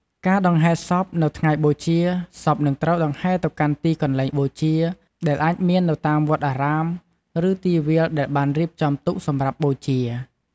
ការដង្ហែសព នៅថ្ងៃបូជា សពនឹងត្រូវដង្ហែទៅកាន់ទីកន្លែងបូជា ដែលអាចមាននៅតាមវត្តអារាម ឬទីវាលដែលបានរៀបចំទុកសម្រាប់បូជា។